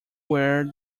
wear